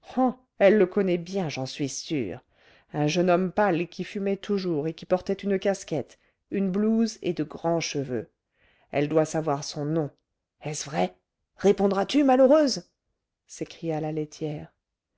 elle le connaît bien j'en suis sûre un jeune homme pâle qui fumait toujours et qui portait une casquette une blouse et de grands cheveux elle doit savoir son nom est-ce vrai répondras-tu malheureuse s'écria la laitière